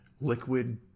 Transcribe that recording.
liquid